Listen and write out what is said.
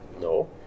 No